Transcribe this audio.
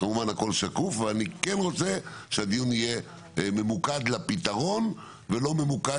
כמובן הכול שקוף ואני כן רוצה שהדיון יהיה ממוקד לפתרון ולא ממוקד